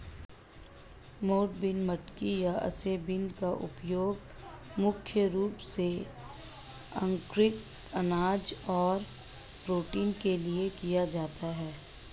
मोठ बीन, मटकी या ओस बीन का उपयोग मुख्य रूप से अंकुरित अनाज और प्रोटीन के लिए किया जाता है